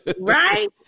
right